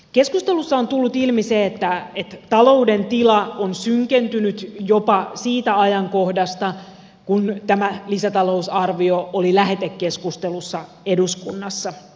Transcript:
keskustelussa on tullut ilmi se että talouden tila on synkentynyt jopa siitä ajankohdasta kun tämä lisätalousarvio oli lähetekeskustelussa eduskunnassa